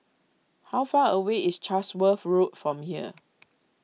how far away is Chatsworth Road from here